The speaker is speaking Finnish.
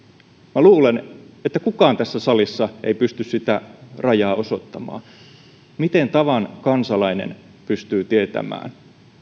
minä luulen että kukaan tässä salissa ei pysty sitä rajaa osoittamaan miten tavan kansalainen pystyy tietämään